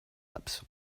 ups